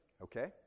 Okay